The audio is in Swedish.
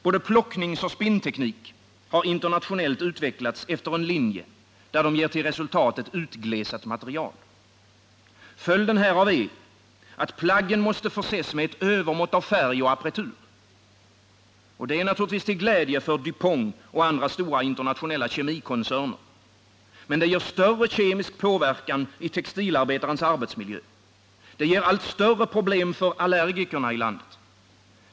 Både plockningsoch spinnteknik har internationellt utvecklats efter en linje där de ger till resultat utglesat material. Följden härav är att plaggen måste förses med ett övermått av färg och appretur. Det är naturligtvis till glädje för Du Pont och andra stora internationella kemikoncerner, men det ger större kemisk påverkan i textilarbetarens arbetsmiljö och allt större problem för allergikerna i landet.